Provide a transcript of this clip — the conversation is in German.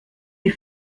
die